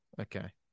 Okay